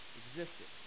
existed